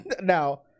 Now